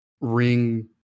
ring